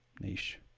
niche